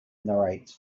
narrates